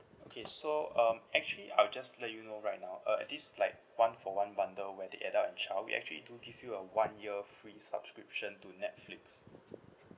okay so um actually I will just let you know right now uh eh this like one for one bundle where the adult and child we actually do give you a one year free subscription to netflix